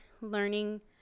learning